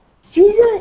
Caesar